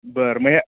बरं म्हणजे